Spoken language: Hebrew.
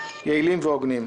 יעילים והוגנים.